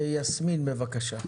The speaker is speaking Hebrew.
יסמין, בבקשה.